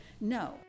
No